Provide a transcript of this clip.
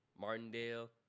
Martindale